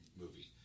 movie